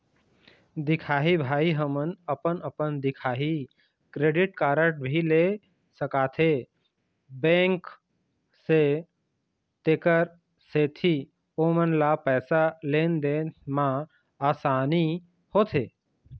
दिखाही भाई हमन अपन अपन दिखाही क्रेडिट कारड भी ले सकाथे बैंक से तेकर सेंथी ओमन ला पैसा लेन देन मा आसानी होथे?